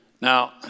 Now